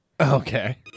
Okay